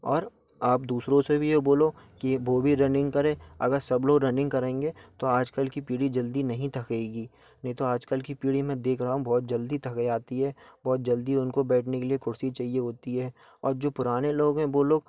और आप दूसरों से भी यह बोलो कि वह भी रनिंग करें अगर सब लोग रनिंग करेंगे तो आजकल की पीढ़ी जल्दी नहीं थकेगी नहीं तो आजकल की पीढ़ी मैं देख रहा हूँ बहुत जल्दी थक जाती है बहुत जल्दी उनको बैठने के लिए कुर्सी चाहिए होती है और जो पुराने लोग है वह लोग